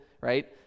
right